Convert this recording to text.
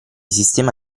sistema